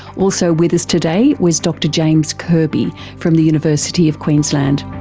also with us today was dr james kirby from the university of queensland.